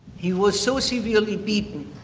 he was so severely beaten